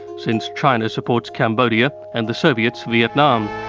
since china supports cambodia, and the soviets vietnam.